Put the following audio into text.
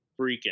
freaking